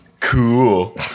Cool